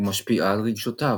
ומשפיעה על רגשותיו.